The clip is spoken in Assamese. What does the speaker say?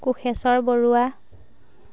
কোষেশ্বৰ বৰুৱা